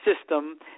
system